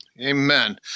Amen